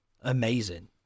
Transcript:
Amazing